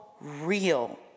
real